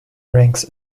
ranks